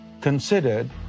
considered